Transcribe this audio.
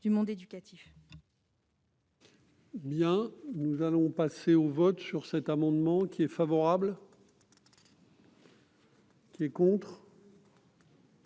du monde éducatif